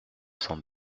cent